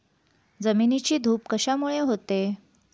जमिनीची धूप कशामुळे होते?